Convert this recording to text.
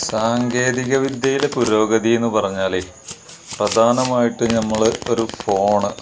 സാങ്കേതിക വിദ്യയിലെ പുരോഗതി എന്ന് പറഞ്ഞാലേ പ്രധാനമായിട്ടും നമ്മള് ഒരു ഫോണ്